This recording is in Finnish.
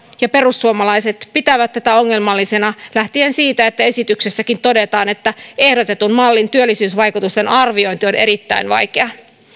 ja perussuomalaiset pitävät tätä ongelmallisena lähtien siitä että esityksessäkin todetaan että ehdotetun mallin työllisyysvaikutusten arviointi on erittäin vaikeaa